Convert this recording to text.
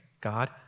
God